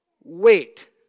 wait